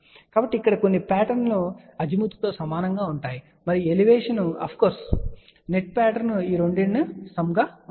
కాబట్టి ఇక్కడ కొన్ని పాటర్న్ లు అజీముత్తో సమానంగా ఉంటాయి మరియు elevation of course net pattern ఈ 2 సమ్ గా ఉంటుంది